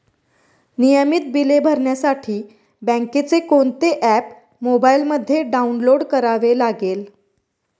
नियमित बिले भरण्यासाठी बँकेचे कोणते ऍप मोबाइलमध्ये डाऊनलोड करावे लागेल?